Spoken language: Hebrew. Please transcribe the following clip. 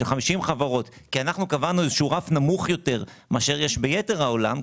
של 50 חברות בגלל שאנחנו קבענו רף נמוך יותר מאשר יש ביתר העולם,